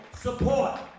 support